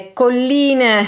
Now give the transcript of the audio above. colline